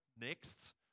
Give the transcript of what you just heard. next